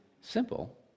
simple